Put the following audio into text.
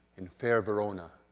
in fair verona,